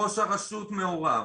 ראש הרשות מעורב,